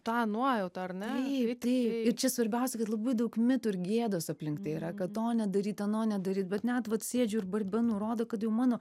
tą nuojautą ar ne taip taip ir čia svarbiausia kad labai daug mitų ir gėdos aplink tai yra kad to nedaryt ano nedaryt bet net vat sėdžiu ir barbenu rodo kad jau mano